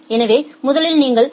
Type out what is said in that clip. எனவே முதலில் நீங்கள் டி